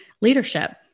leadership